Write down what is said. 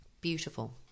Beautiful